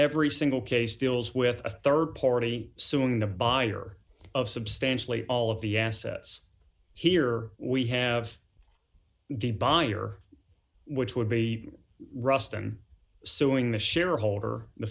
every single case deals with a rd party suing the buyer of substantially all of the assets here we have the buyer which would be ruston suing the shareholder the